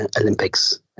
Olympics